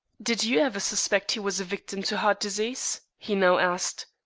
did you ever suspect he was a victim to heart disease? he now asked,